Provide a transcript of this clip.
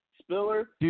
Spiller